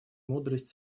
мудрость